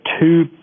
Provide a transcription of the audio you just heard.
two